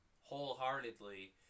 wholeheartedly